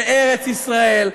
בארץ-ישראל,